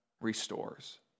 restores